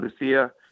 Lucia